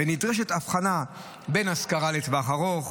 ונדרשת הבחנה בין השכרה לטווח ארוך,